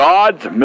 God's